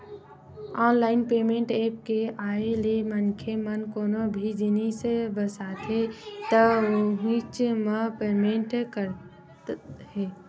online payment apps के आए ले मनखे मन कोनो भी जिनिस बिसाथे त उहींच म पेमेंट करत हे